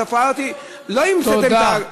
התופעה הזאת, לא המצאתם, תודה.